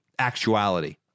actuality